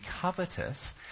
covetous